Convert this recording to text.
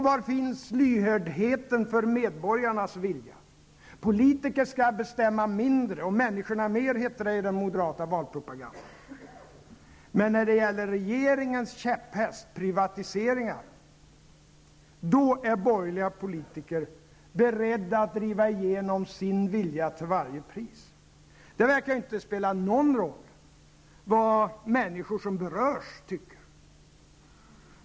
Var finns lyhördheten för medborgarnas vilja? Politikerna skall bestämma mindre och människorna mer, hette det i den moderata valpropagandan. Men när det gäller regeringens käpphäst -- privatiseringar -- då är borgerliga politiker beredda att driva igenom sin vilja till varje pris. Det verkar inte spela någon roll vad de människor som berörs tycker.